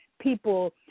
people